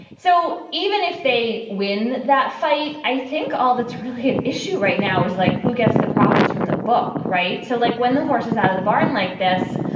so even if they win that fight, i think all that's really at issue right now is like who gets the profits from the book. right. so, like, when the horse is out of the barn, like this,